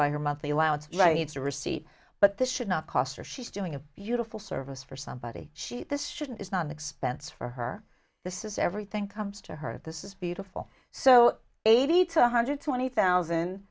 by her monthly allowance right it's a receipt but this should not cost her she's doing a beautiful service for somebody she this shouldn't is not an expense for her this is everything comes to her this is beautiful so eighty to one hundred twenty thousand